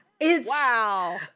Wow